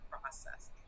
process